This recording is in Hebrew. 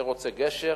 זה רוצה גשר,